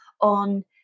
on